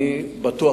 אני בטוח,